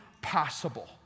possible